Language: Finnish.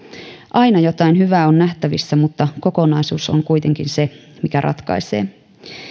aina jotain hyvää on nähtävissä mutta kokonaisuus on kuitenkin se mikä ratkaisee